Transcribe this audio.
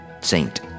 Saint